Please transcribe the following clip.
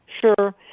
sure